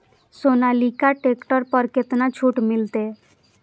Sonalika tractor पर केतना छूट मिलते?